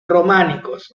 románicos